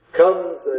comes